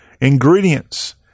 Ingredients